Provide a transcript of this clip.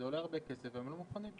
זה עולה הרבה כסף והם לא מוכנים.